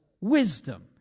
wisdom